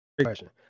question